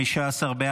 סעיף 1 נתקבל.